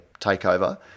takeover